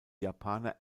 japaner